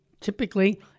typically